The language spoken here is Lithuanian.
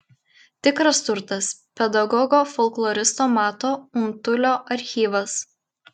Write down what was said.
tikras turtas pedagogo folkloristo mato untulio archyvas